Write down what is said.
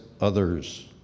others